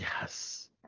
Yes